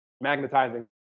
Magnetizing